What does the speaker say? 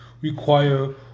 require